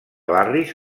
barris